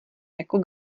jako